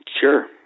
Sure